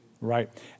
Right